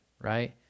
right